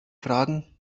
fragen